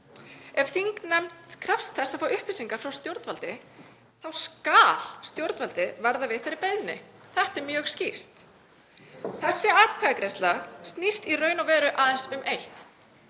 Ef þingnefnd krefst þess að fá upplýsingar frá stjórnvaldi þá skal stjórnvaldið verða við þeirri beiðni. Þetta er mjög skýrt. Þessi atkvæðagreiðsla snýst í raun og veru aðeins um eitt,